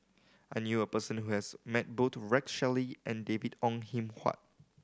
i knew a person who has met both Rex Shelley and David Ong Kim Huat